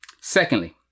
Secondly